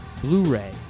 Blu-ray